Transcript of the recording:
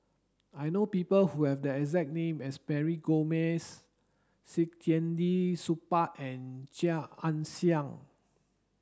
I know people who have the exact name as Mary Gomes Saktiandi Supaat and Chia Ann Siang